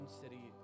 city